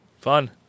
Fun